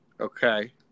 Okay